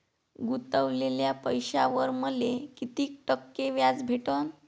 गुतवलेल्या पैशावर मले कितीक टक्के व्याज भेटन?